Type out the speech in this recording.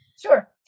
Sure